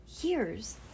Years